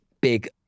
big